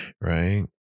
right